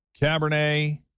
Cabernet